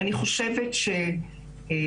אני חושבת שהמנכ"ל,